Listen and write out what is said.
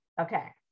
Okay